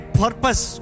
purpose